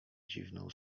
dziwną